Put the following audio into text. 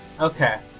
Okay